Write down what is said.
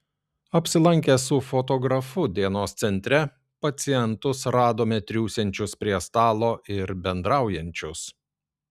apsilankę su fotografu dienos centre pacientus radome triūsiančius prie stalo ir bendraujančius